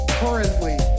currently